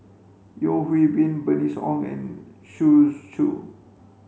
Yeo Hwee Bin Bernice Ong and Shu Xu